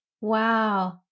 wow